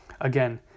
Again